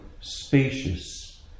spacious